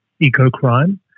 eco-crime